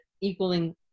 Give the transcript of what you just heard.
equaling